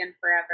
forever